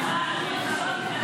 רוקדות על